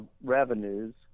revenues